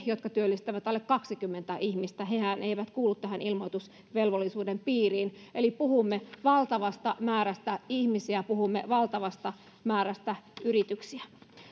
jotka työllistävät alle kaksikymmentä ihmistä eivät kuulu tähän ilmoitusvelvollisuuden piiriin eli puhumme valtavasta määrästä ihmisiä puhumme valtavasta määrästä yrityksiä